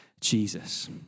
Jesus